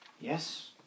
yes